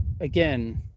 again